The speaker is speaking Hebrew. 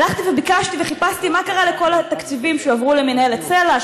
הלכתי וביקשתי וחיפשתי מה קרה לכל התקציבים שהועברו למינהלת סל"ע,